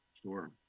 Sure